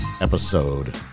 Episode